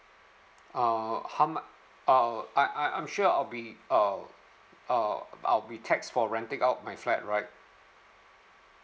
oh how am I uh I I'm sure I'll be uh uh uh I'll be tax for renting out my flat right